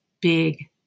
big